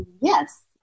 yes